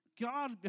God